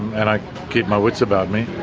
and i keep my wits about me.